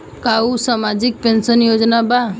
का उ सामाजिक पेंशन योजना बा?